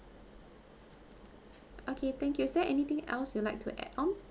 okay thank you is there anything else you'd like to add on